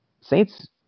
Saints